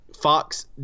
fox